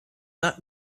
not